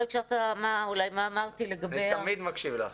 לא הקשבת אולי למה שאמרתי לגבי החינוך --- אני תמיד מקשיב לך.